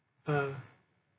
ah